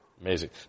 Amazing